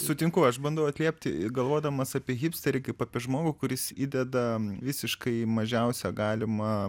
sutinku aš bandau atliepti galvodamas apie hipsterį kaip apie žmogų kuris įdeda visiškai mažiausią galimą